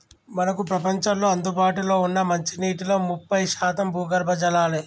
మనకు ప్రపంచంలో అందుబాటులో ఉన్న మంచినీటిలో ముప్పై శాతం భూగర్భ జలాలే